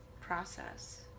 process